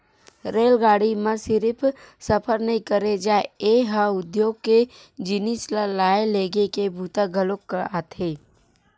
रेलगाड़ी म सिरिफ सफर नइ करे जाए ए ह उद्योग के जिनिस ल लाए लेगे के बूता घलोक आथे